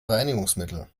reinigungsmittel